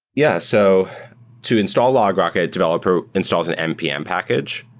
yeah. so to install logrocket, developer installs in npm package,